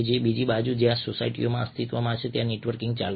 બીજી બાજુ જ્યાં સુધી સોસાયટીઓ અસ્તિત્વમાં છે ત્યાં સુધી નેટવર્કિંગ ચાલુ છે